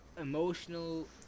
Emotional